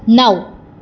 નવ